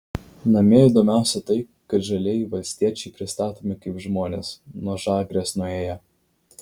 namie įdomiausia tai kad žalieji valstiečiai pristatomi kaip žmonės nuo žagrės nuėję